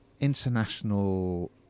international